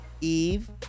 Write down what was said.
Eve